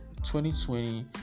2020